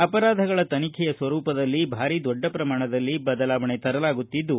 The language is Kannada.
ಅಪರಾಧಗಳ ತನಿಬೆಯ ಸ್ವರೂಪದಲ್ಲಿ ಭಾರೀ ದೊಡ್ಡ ಪ್ರಮಾಣದಲ್ಲಿ ಬದಲಾವಣೆ ತರಲಾಗುತ್ತಿದ್ದು